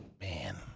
Man